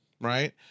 Right